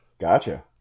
Gotcha